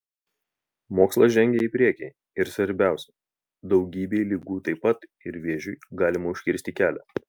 mokslas žengia į priekį ir svarbiausia daugybei ligų taip pat ir vėžiui galima užkirsti kelią